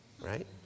Right